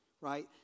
right